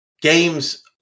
Games